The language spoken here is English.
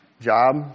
job